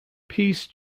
peace